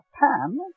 pan